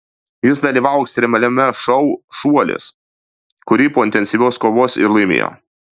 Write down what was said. jis dalyvavo ekstremaliame šou šuolis kurį po intensyvios kovos ir laimėjo